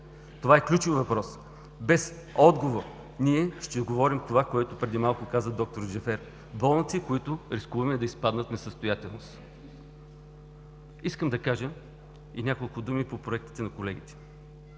Това е ключов въпрос без отговор. Ние ще говорим за това, което преди малко каза д-р Джафер – болници, които рискуваме да изпаднат в несъстоятелност. Искам да кажа и няколко думи по проектите на колегите.